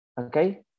okay